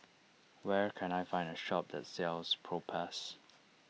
where can I find a shop that sells Propass